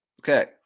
Okay